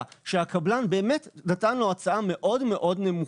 שהקבלן באמת נתן לו הצעה מאוד מאוד נמוכה,